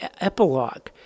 epilogue